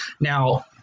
now